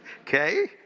Okay